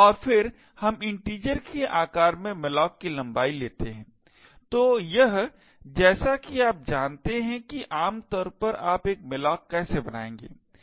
और फिर हम इन्टिजर के आकार में malloc की लंबाई लेते हैं तो यह जैसा कि आप जानते हैं कि आमतौर पर आप एक malloc कैसे बनायेगा